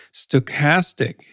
stochastic